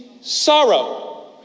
sorrow